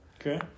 Okay